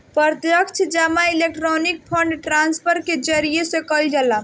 प्रत्यक्ष जमा electronic fund transfer के जरिया से कईल जाला